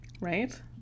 right